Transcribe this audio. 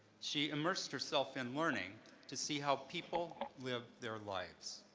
she immersed herself in learning to see how people live their lives.